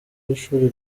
w’ishuri